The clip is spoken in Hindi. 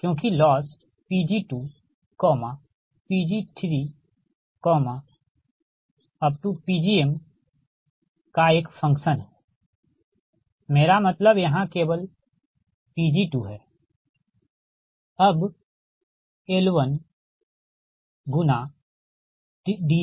क्योंकि लॉस Pg2 Pg3Pgmका एक फंक्शन है मेरा मतलब यहाँ केवल Pg2है